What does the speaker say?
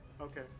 Okay